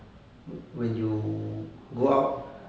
whe~ when you go out